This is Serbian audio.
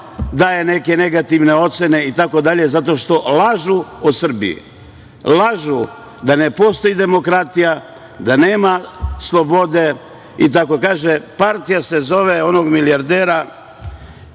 daje neke negativne ocene itd, zato što lažu o Srbiji. Lažu da ne postoji demokratija, da nema slobode. Kaže partija se zove, onog milijardera,